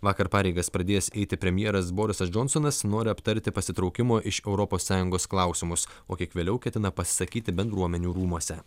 vakar pareigas pradėjęs eiti premjeras borisas džonsonas nori aptarti pasitraukimo iš europos sąjungos klausimus o kiek vėliau ketina pasisakyti bendruomenių rūmuose